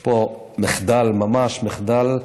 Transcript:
יש פה ממש מחדל.